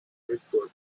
ritual